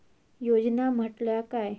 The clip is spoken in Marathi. योजना म्हटल्या काय?